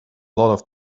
lot